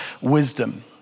wisdom